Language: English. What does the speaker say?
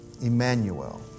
Emmanuel